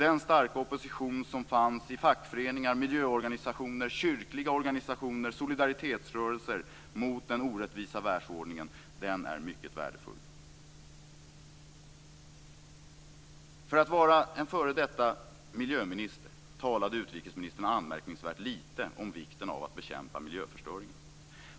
Den starka opposition som finns i fackföreningar, miljöorganisationer, kyrkliga organisationer och solidaritetsrörelser mot den orättvisa världsordningen är mycket värdefull. För att vara före detta miljöminister talade utrikesministern anmärkningsvärt lite om vikten av att bekämpa miljöförstöringen.